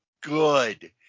good